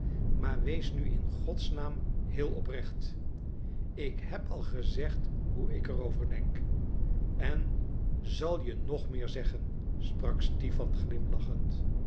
maar wees nu in godsnaam heel oprecht ik heb al gezegd hoe ik er over denk en zal je nog meer zeggen sprak stipan glimlachend